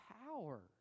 power